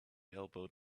elbowed